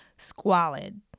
Squalid